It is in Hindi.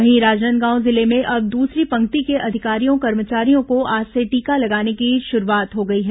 वहीं राजनांदगांव जिले में अब दूसरी पंक्ति के अधिकारियों कर्मचारियों को आज से टीका लगाने की शुरूआत हो गई है